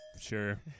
sure